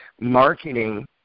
marketing